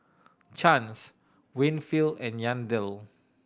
Chance Winfield and Yandel